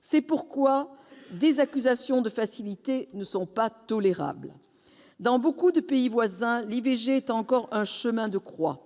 C'est pourquoi les accusations de facilité ne sont pas tolérables. Dans beaucoup de pays voisins, l'IVG est encore un chemin de croix.